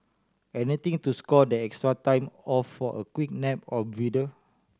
anything to score that extra time off for a quick nap or breather